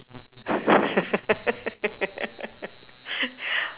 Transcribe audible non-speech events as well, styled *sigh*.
*laughs*